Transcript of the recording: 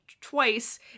twice